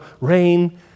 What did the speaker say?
rain